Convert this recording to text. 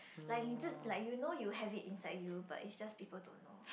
like you just like you know you have it inside you but it's just people don't know